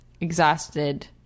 exhausted